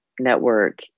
network